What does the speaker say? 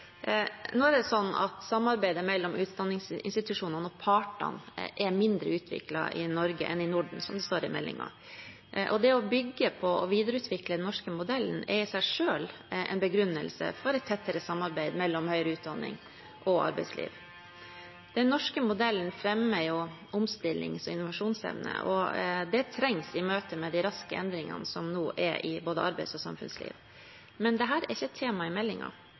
Samarbeidet mellom utdanningsinstitusjonene og partene er mindre utviklet i Norge enn i Norden, står det i meldingen. Det å bygge på og videreutvikle den norske modellen er i seg selv en begrunnelse for et tettere samarbeid mellom høyere utdanning og arbeidsliv. Den norske modellen fremmer jo omstillings- og innovasjonsevne, og det trengs i møte med de raske endringene som nå er i både arbeids- og samfunnslivet. Men dette er ikke et tema i